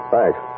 Thanks